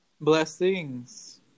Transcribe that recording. Blessings